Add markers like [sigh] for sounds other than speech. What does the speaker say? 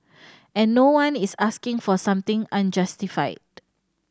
[noise] and no one is asking for something unjustified